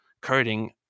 coding